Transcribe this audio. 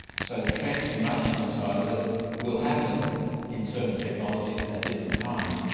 so the transformational side of it will happen in certain technologies at different times,